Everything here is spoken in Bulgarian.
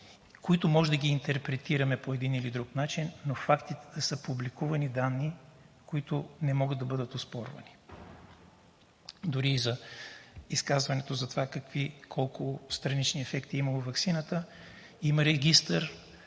които можем да интерпретираме по един или друг начин, но фактите да са публикувани данни, които не могат да бъдат оспорвани. Дори и за изказването за какви и колко странични имала ваксината – има регистър,